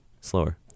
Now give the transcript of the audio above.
Slower